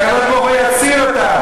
והקדוש-ברוך-הוא יציל אותם,